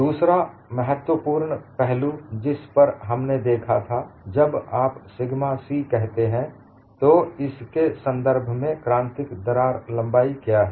दूसरा महत्वपूर्ण पहलू जिस पर हमने देखा था जब आप सिगमा c कहते हैं तो इस के संदर्भ में क्रांतिक दरार लंबाई क्या है